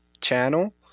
channel